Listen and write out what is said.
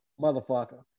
motherfucker